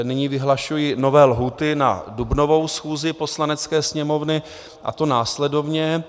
Nyní vyhlašuji nové lhůty na dubnovou schůzi Poslanecké sněmovny, a to následovně.